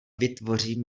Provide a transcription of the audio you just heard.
vytvoří